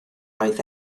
oedd